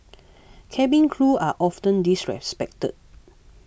cabin crew are often disrespected